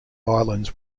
islands